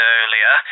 earlier